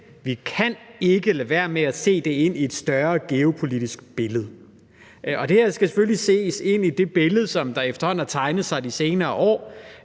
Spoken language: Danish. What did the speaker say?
side ikke lade være med at se det ind i et større geopolitisk billede. Og det her skal selvfølgelig ses ind i det billede, der efterhånden har tegnet sig i de senere år,